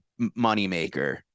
moneymaker